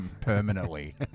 Permanently